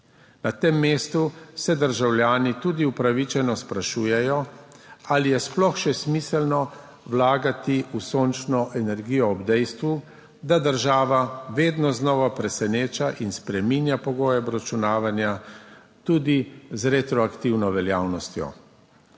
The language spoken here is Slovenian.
Na tem mestu se državljani tudi upravičeno sprašujejo, ali je sploh še smiselno vlagati v sončno energijo ob dejstvu, da država vedno znova preseneča in spreminja pogoje obračunavanja, tudi z retroaktivno veljavnostjo.